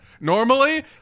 normally